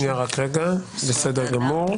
בסדר גמור.